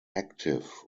active